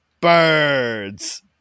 birds